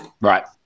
right